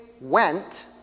went